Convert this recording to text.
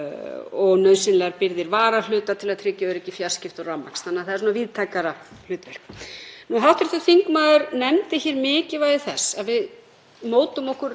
mótum okkur langtímastefnu í þessum málum og vitnaði hér til góðrar skýrslu sem Landbúnaðarháskólinn vann um fæðuöryggi. Ég er algjörlega sammála því